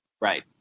Right